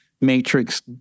matrix